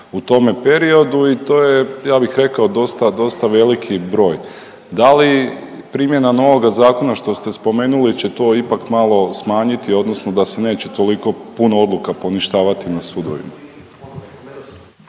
u tome periodu i to je ja bih rekao dosta dosta veliki broj. Da li primjena novoga zakona što ste spomenuli će to ipak malo smanjiti odnosno da se neće toliko puno odluka poništavati na sudovima?